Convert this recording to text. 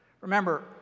remember